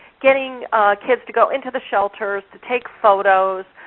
getting kids to go into the shelters to take photos,